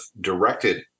directed